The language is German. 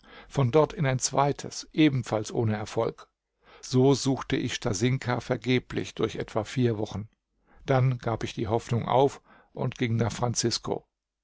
von dort in ein zweites ebenfalls ohne erfolg so suchte ich stasinka vergeblich durch etwa vier wochen dann gab ich die hoffnung auf und ging nach francisco